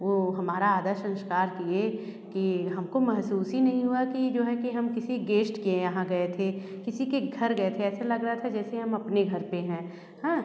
वो हमारा आदर सस्कार किए कि हम को महसूस ही नहीं हुआ कि जो है कि हम किसी गेश्ट के यहाँ गए थे किसी के घर गए थे ऐसे लग रहा था जैसे हम अपने घर पर हैं हाँ